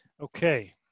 Okay